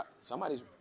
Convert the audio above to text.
Somebody's